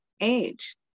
age